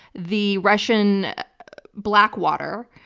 the russian blackwater,